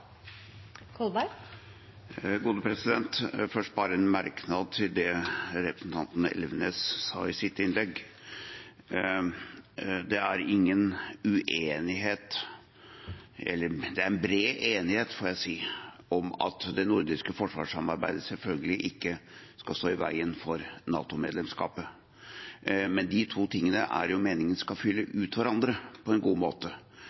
ingen uenighet – eller det er bred enighet, får jeg si – om at det nordiske forsvarssamarbeidet selvfølgelig ikke skal stå i veien for NATO-medlemskapet. Det er jo meningen at de to skal utfylle hverandre på en god måte.